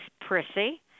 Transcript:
Prissy